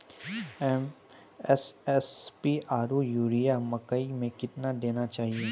SSP आरु urea मकई मे कितना देना चाहिए?